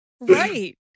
Right